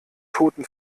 toten